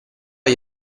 gli